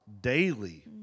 daily